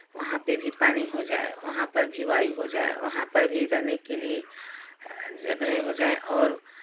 वहाँ पर भी पानी हो जाए वहाँ पर भी वायु हो जाए वहाँ पर भी रहने के लिए जगहे हो जाए और